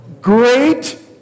great